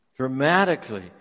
dramatically